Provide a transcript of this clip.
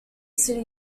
city